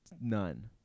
none